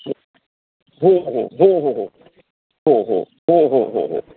हो हो हो हो हो हो हो हो हो हो हो